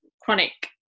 chronic